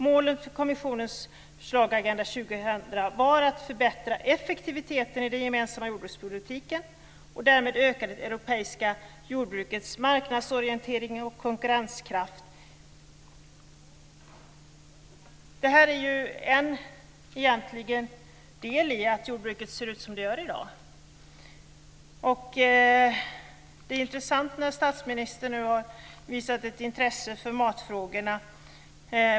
Målen för kommissionens förslag i Agenda 2000 var att förbättra effektiviteten i den gemensamma jordbrukspolitiken och därmed öka det europeiska jordbrukets marknadsorientering och konkurrenskraft -." Detta är ju egentligen en del i att jordbruket ser ut som det gör i dag. Det är intressant att statsministern har visat ett intresse för matfrågorna.